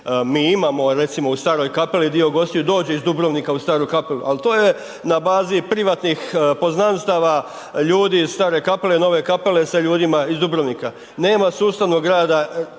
Mi imamo recimo u Staroj Kapeli dio gostiju dođe iz Dubrovnika u Staru Kapelu, ali to je na bazi privatnih poznanstava ljudi iz Stare Kapale, Nove Kapele, sa ljudima iz Dubrovnika, nema sustavnog rada